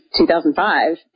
2005